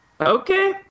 Okay